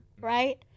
right